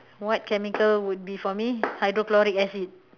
what chemical would be for me hydrochloric acid